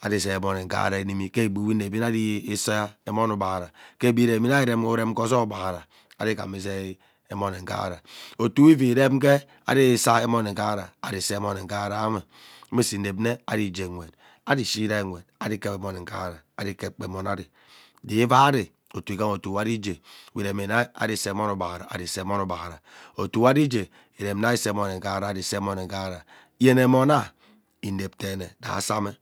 ari zei emone nghara inimi ghee egbiwe inevi mma ari isaa emone ugbaghura ke egbi we iremi nnee ari irem ghoo ozoi ughaghara ireghame izei emone ughara otuowe ivi ren ghee ari isaa enmone ughara ari saa emone ugharawe mmisu inep mme ari igwee nwet ari ishire nwet ari ikep emone ughara ari ikep gba emon ari rikaa ari otuo igha otu wari ighee we inemia ari saa emone ugbaghara ari saa enwone ughaghara otu wari ghee we uniena ari sas emone nghara ari sas emone nghara yene ennon yene emona inep teene raa samme.